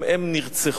גם הם נרצחו.